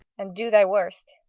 and do thy worst.